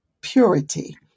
purity